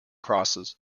crosses